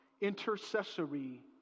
Intercessory